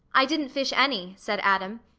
i didn't fish any, said adam,